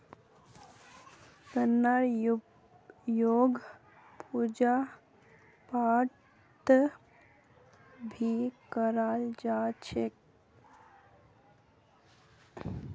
गन्नार उपयोग पूजा पाठत भी कराल जा छे